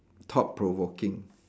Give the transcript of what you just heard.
thought provoking